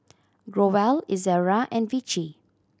Growell Ezerra and Vichy